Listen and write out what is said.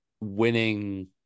winning